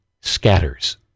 scatters